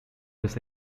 this